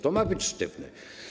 To ma być sztywne?